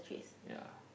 ya